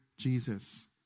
Jesus